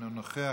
אינו נוכח,